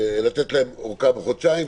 לתת להם ארכה של חודשיים,